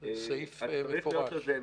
תודה רבה.